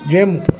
jump